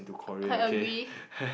quite agree